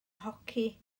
hoci